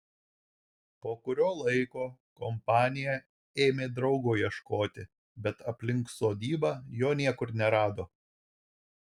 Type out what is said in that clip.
po kurio laiko kompanija ėmė draugo ieškoti bet aplink sodybą jo niekur nerado